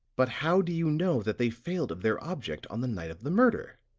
but how do you know that they failed of their object on the night of the murder?